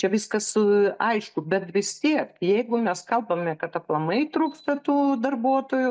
čia viskas su aišku bet vis tiek jeigu mes kalbame kad aplamai trūksta tų darbuotojų